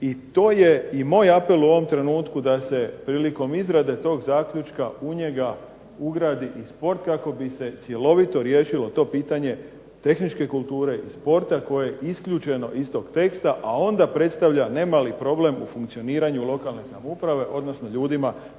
i to je i moj apel u ovom trenutku da se prilikom izrade tog zaključka u njega ugradi i sport kako bi se cjelovito riješilo to pitanje tehničke kulture i sporta koje je isključeno iz tog teksta, a onda predstavlja ne mali problem u funkcioniranju lokalne samouprave, odnosno ljudima